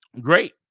Great